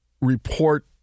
report